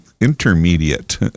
intermediate